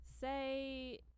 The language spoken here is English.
say